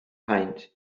paent